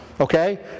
Okay